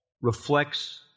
reflects